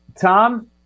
Tom